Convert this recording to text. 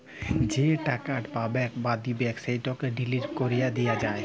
যে টাকাট পাবেক বা দিবেক সেটকে ডিলিট ক্যরে দিয়া যায়